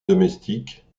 domestique